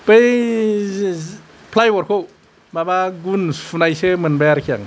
बै फ्लाइ बडखौ माबा गुन सुनायसो मोनबाय आरखि आं